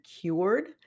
cured